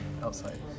Outside